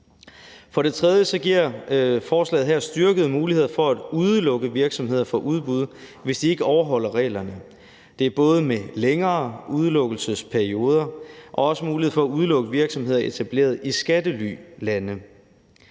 For det tredje giver forslaget her styrkede muligheder for at udelukke virksomheder fra udbud, hvis de ikke overholder reglerne. Det er både i form af længere udelukkelsesperioder og også mulighed for at udelukke virksomheder etableret i skattelylande.